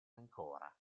ancora